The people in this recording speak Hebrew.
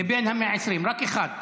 מבין ה-120, רק אחד.